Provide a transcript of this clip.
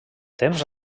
temps